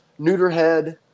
Neuterhead